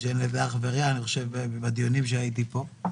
שאין לזה אח ורע בדיונים שבהם השתתפתי פה.